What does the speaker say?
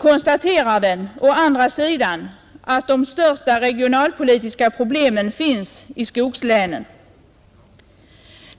konstaterar den å andra sidan att de största regionalpolitiska problemen finns i skogslänen.